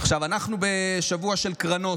עכשיו אנחנו בשבוע של קרנות.